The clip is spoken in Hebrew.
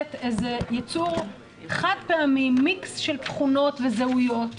נולדת כיצור חד-פעמי עם מיקס של תכונות וזהויות,